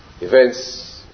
events